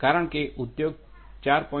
કારણ કે ઉદ્યોગ 4